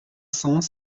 cents